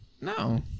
No